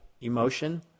emotion